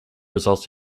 results